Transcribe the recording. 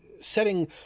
setting